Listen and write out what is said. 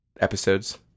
episodes